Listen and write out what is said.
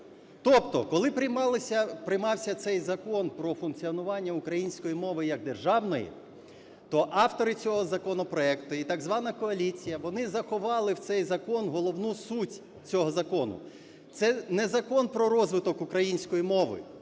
Тобто, коли приймався цей Закон "Про функціонування української мови як державної", то автори цього законопроекту і так звана "коаліція", вони заховали в цей закон головну суть цього закону. Це не закон про розвиток української мови,